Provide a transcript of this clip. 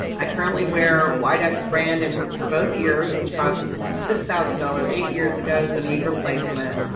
i currently wear widex brand in both ears, which costs six thousand dollars eight years ago, so need replacement.